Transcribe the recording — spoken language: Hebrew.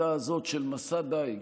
השיטה הזאת של מסע דיג,